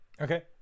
Okay